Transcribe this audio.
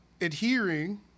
adhering